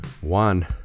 One